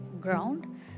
ground